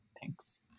Thanks